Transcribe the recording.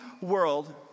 world